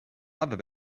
other